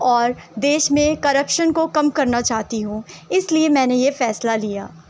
اور دیش میں کرپشن کو کم کرنا چاہتی ہوں اس لیے میں نے یہ فیصلہ لیا